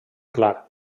clar